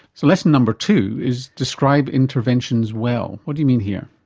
so lesson number two is describe interventions well. what do you mean here?